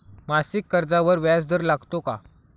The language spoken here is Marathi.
मासिक कर्जावर व्याज दर लागतो का?